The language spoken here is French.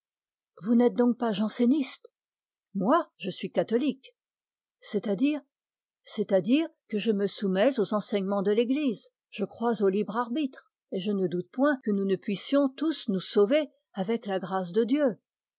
vous n'êtes donc pas janséniste moi je suis catholique c'est-à-dire c'est-à-dire que je me soumets aux enseignements de l'église je crois au libre arbitre et je ne doute point que nous ne puissions tous nous sauver avec la grâce de dieu